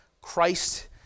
Christ